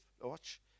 watch